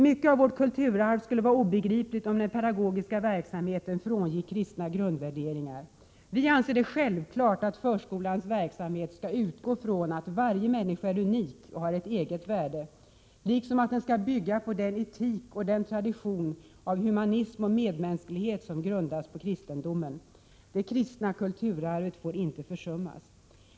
Mycket av vårt kulturarv skulle vara obegripligt om den pedagogiska verksamheten frångick kristna grundvärderingar. Vi anser det självklart att förskolans verksamhet skall utgå från att varje människa är unik och har ett eget värde liksom att den skall bygga på den etik och den tradition av humanism och medmänsklighet som grundas på kristendomen. Det kristna kulturarvet får inte försummas.